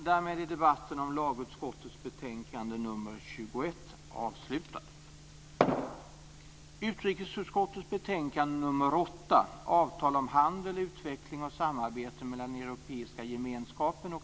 Herr talman! Jag ska fatta mig kort.